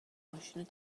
ماشینو